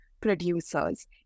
producers